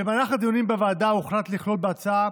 במהלך הדיונים בוועדה הוחלט לכלול בהצעה